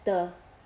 the